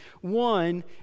One